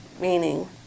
Meaning